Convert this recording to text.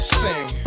sing